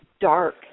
Dark